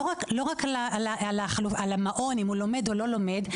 לא רק בשאלה של המעון, האם הוא לומד או לא לומד.